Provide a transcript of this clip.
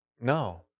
No